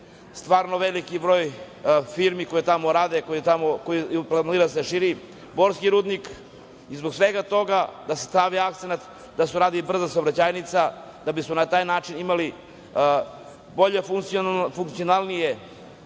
stvarno veliki broj firmi koje tamo rade, koje planiraju da se šire, Borski rudnik i zbog svega toga da se stavi akcenat da se uradi brza saobraćajnica, da bismo na taj način imali funkcionalniji